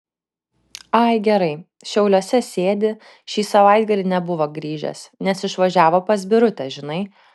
ai gerai šiauliuose sėdi šį savaitgalį nebuvo grįžęs nes išvažiavo pas birutę žinai